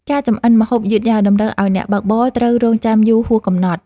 ការចម្អិនម្ហូបយឺតយ៉ាវតម្រូវឱ្យអ្នកបើកបរត្រូវរង់ចាំយូរហួសកំណត់។